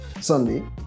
Sunday